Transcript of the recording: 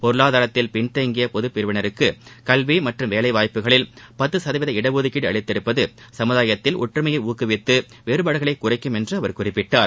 பொருளாதாரத்தில் பின்தங்கிய பொதுப் பிரிவினருக்கு கல்வி மற்றம் வேலை வாய்ப்புகளில் பத்து சதவீத இடஒதுக்கீடு அளித்திருப்பது சமுதாயத்தில் ஒற்றுமையை ஊக்குவித்து வேறுபாடுகளை குறைக்கும் என்று அவர் குறிப்பிட்டார்